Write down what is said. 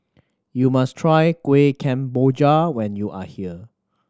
you must try Kueh Kemboja when you are here